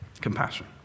Compassion